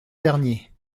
dernier